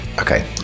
Okay